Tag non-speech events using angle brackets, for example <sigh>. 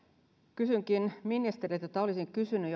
kysynkin ministeriltä tai olisin kysynyt <unintelligible>